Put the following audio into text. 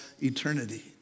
eternity